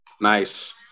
Nice